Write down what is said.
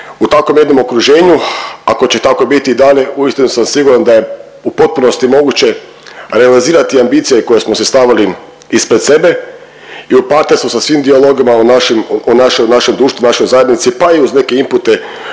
U takvom jednom okruženju, ako će tako biti i dalje, uistinu sam siguran da je u potpunosti moguće realizirati ambicije koje smo si stavili ispred sebe i u partnerstvu sa svim dijalogima u našim, našem društvu, našoj zajednici, pa i uz neke inpute